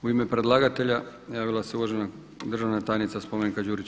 U ime predlagatelja javila se uvažena državna tajnica Spomenka Đurić.